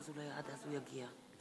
לאיזו ועדה גברתי רוצה להעביר את זה,